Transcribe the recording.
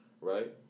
right